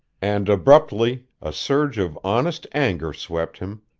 and abruptly, a surge of honest anger swept him,